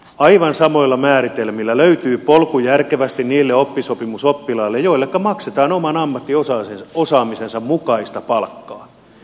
aivan samoilla määritelmillä löytyy polku järkevästi niille oppisopimusoppilaille joilleka maksetaan oman ammattiosaamisensa mukaista palkkaa